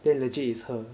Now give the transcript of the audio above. then legit is her